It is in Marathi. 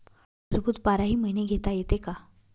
टरबूज बाराही महिने घेता येते का?